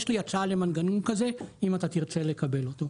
יש לי הצעה למנגנון כזה אם אתה תרצה לקבל אותו.